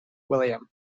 william